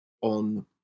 on